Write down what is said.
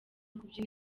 kubyina